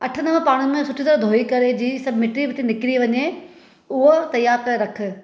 अठ नव पाणनि में सुठे तरह धोए करे जीअं सभु मिटी विटी निकरी वञे उहो तयार करे रख